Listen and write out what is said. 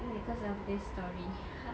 no cause of this story